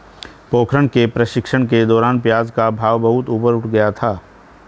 पोखरण के प्रशिक्षण के दौरान प्याज का भाव बहुत ऊपर उठ गया था